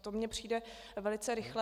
To mi přijde velice rychlé.